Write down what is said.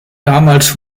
damals